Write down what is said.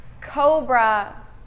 Cobra